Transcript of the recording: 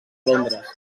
londres